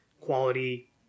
quality